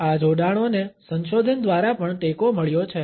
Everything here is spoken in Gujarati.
આ જોડાણોને સંશોધન દ્વારા પણ ટેકો મળ્યો છે